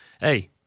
Hey